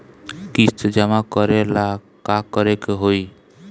किस्त जमा करे ला का करे के होई?